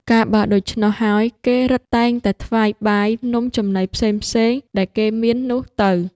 កាលបើដូច្នោះហើយ គេរឹតតែងតែថ្វាយបាយ នំ ចំណីផ្សេងៗ ដែលគេមាននោះទៅ